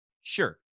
Sure